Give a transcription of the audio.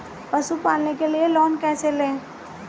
पशुपालन के लिए लोन कैसे लें?